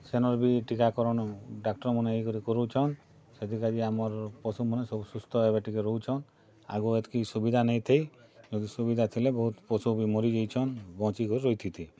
ସେନର୍ ବି ଟିକାକରଣ ଡାକ୍ତର୍ ମାନେ ଇଏକରି କରୁଛନ୍ ସେତିରକାଯେ ଆମର୍ ପଶୁ ମାନେ ସବୁ ସୁସ୍ଥ ଏବେ ଟିକେ ରହୁଛନ୍ ଆଗ ଏତକି ସୁବିଧା ନାଇଁଥାଇ ନାଇଁତ ସୁବିଧା ଥିଲେ ବହୁତ ପଶୁ ଭି ମରି ଯାଇଛନ୍ ବଞ୍ଚିକରି ରହିଥିତେ